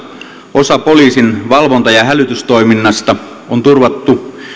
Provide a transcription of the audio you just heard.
osa poliisin valvonta ja hälytystoiminnasta on turvattu